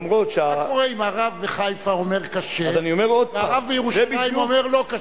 למרות --- מה קורה אם הרב בחיפה אומר כשר והרב בירושלים אומר לא כשר?